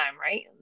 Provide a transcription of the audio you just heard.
right